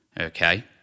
okay